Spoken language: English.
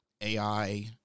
AI